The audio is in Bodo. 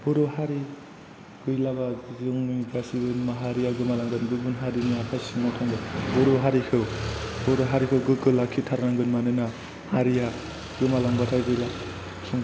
बर' हारि गैलाबा जों गासिबो माहारिया गोमालांगोन गुबुन हारिनि आखाय सिङाव थांगोन बर' हारिखौ बर' हारिखौ गोगो लाखिथारनांगोन मानोना हारिया गोमालांबाथाय गैला